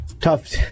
tough